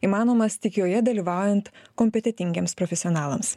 įmanomas tik joje dalyvaujant kompetentingiems profesionalams